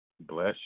Bless